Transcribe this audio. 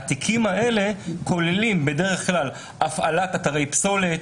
התיקים האלה כוללים בדרך כלל הפעלת אתרי פסולת,